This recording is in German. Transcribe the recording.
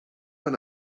man